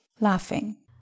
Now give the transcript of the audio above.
laughing